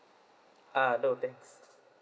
uh no thanks